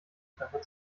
treffer